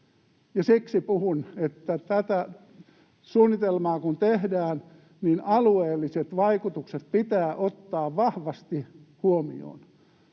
siksi puhun, että tätä suunnitelmaa kun tehdään, niin alueelliset vaikutukset pitää ottaa vahvasti huomioon.